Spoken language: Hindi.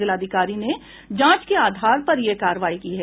जिलाधिकारी ने जांच के आधार पर यह कार्रवाई की है